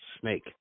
snake